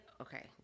Okay